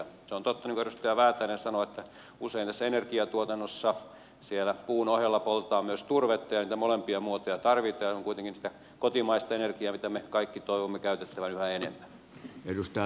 se on totta niin kuin edustaja väätäinen sanoi että usein tässä energiatuotannossa puun ohella poltetaan myös turvetta ja niitä molempia muotoja tarvitaan ja ne ovat kuitenkin sitä kotimaista energiaa mitä me kaikki toivomme käytettävän yhä enemmän